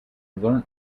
learnt